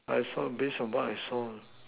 I saw based on what I saw